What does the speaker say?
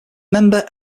member